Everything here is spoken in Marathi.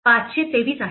523 आहे